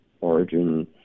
origin